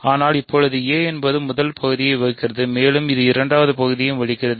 ஆனால் இப்போது a என்பது முதல் பகுதியை வகுக்கிறது மேலும் இது இரண்டாவது பகுதியையும் வகிக்கிறது